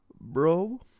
Bro